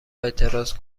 اعتراض